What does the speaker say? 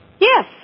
Yes